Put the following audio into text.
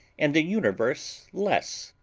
and the universe less,